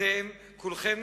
אתם, כולכם,